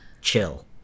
chill